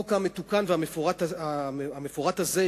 החוק המתוקן והמפורט הזה,